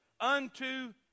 unto